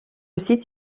site